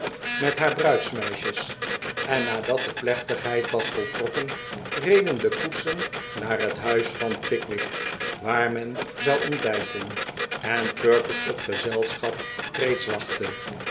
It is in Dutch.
met haar bruidsmeisjes en nadat de plechtigheid was voltrokken reden de koetsen naar het huis van pickwick waar men zou ontbijten en perker het gezelschap reeds wachtte